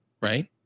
right